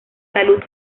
salud